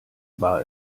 war